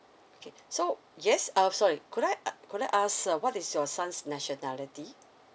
okay so yes uh sorry could I uh could I ask uh what is your son's nationality